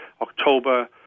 October